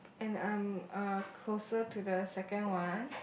and I'm uh closer to the second one